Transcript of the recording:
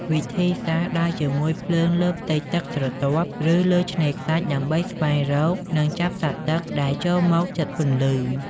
វិធីសាស្រ្ត ដើរជាមួយភ្លើងលើផ្ទៃទឹកស្រទាប់ ឬលើឆ្នេរខ្សាច់ ដើម្បីស្វែងរក និងចាប់សត្វទឹកដែលចូលមកជិតពន្លឺ។